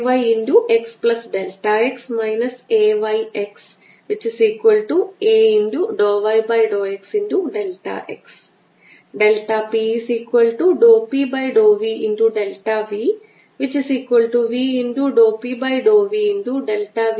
അതിനാൽ ആന്തരിക ഉപരിതലത്തിനായുള്ള E dot ds minus 4 pi C e raise to minus lambda r കാരണം ഇലക്ട്രിക് ഫീൽഡ് വെക്റ്റർ പുറത്തുപോകുന്നു നീല വരകൾ കാണിക്കുന്ന വഴിക്ക് പോകുന്നു ds വെക്റ്റർ അതിന് നേരെ 180 ഡിഗ്രിയിലാണ്